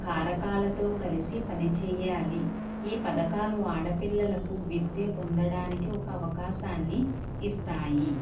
కారకాలతో కలిసి పనిచేయాలి ఈ పధకాలు ఆడపిల్లలకు విద్య పొందడానికి ఒక అవకాశాన్ని ఇస్తాయి